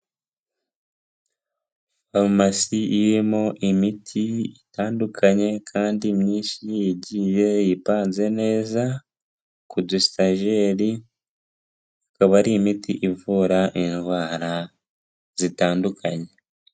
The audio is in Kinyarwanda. Farumasi irimo imiti itandukanye kandi myinshi igiye ipanze neza ku du sitajeri, ikaba ari imiti ivura indwara zitandukanye.